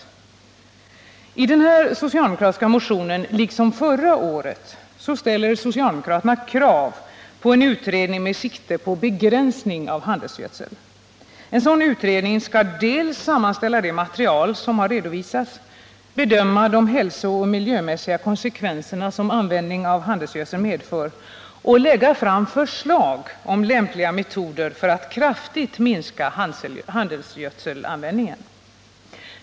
I denna motion ställer socialdemokraterna liksom förra året krav på utredning med sikte på begränsning av handelsgödselanvändningen. En sådan utredning skall sammanställa det material som redovisats, bedöma de hälsooch miljömässiga konsekvenser som användningen av handelsgödsel medför och lägga fram förslag om lämpliga metoder för att kraftigt minska handelsgödselanvändningen.